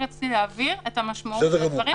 רק רציתי להבהיר את המשמעות של הדברים,